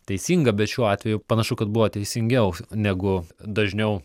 teisinga bet šiuo atveju panašu kad buvo teisingiau negu dažniau